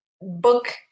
book